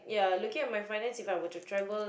yeah looking at my finance if I were to travel